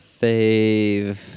fave